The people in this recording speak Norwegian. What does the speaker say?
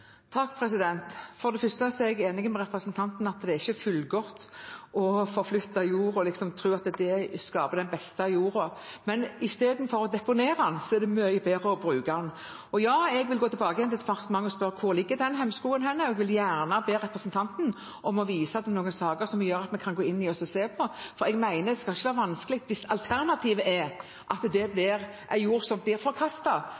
at det skaper den beste jorda. Men istedenfor å deponere den er det mye bedre å bruke den. Og ja, jeg vil gå tilbake igjen til departementet og spørre: Hvor ligger den hemskoen? Jeg vil gjerne be representanten om å vise til noen saker som vi kan gå inn og se på, for jeg mener at det skal ikke være vanskelig. Hvis alternativet er at jord blir forkasta,